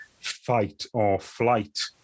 fight-or-flight